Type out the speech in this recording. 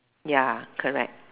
ya correct